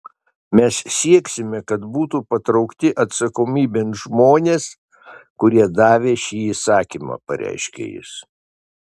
mes sieksime kad būtų patraukti atsakomybėn žmonės kurie davė šį įsakymą pareiškė jis